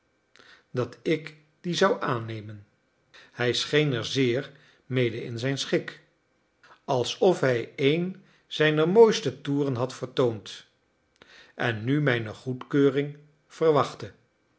dat ik die zou aannemen hij scheen er zeer mede in zijn schik alsof hij een zijner mooiste toeren had vertoond en nu mijne goedkeuring verwachtte